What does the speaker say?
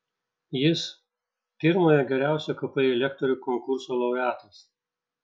jis pirmojo geriausio kpi lektorių konkurso laureatas